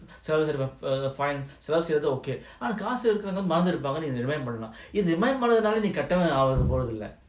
err okay ஆனாகாசுஇருக்கவங்கமறந்துருப்பாங்க:aana kaasu irukavanga maranthurupanga remind பண்ணலாம்இது:pannalam idhu remind பண்ணதாலநீகட்டஆகபோறதில்ல:pannathala nee katta aga porathilla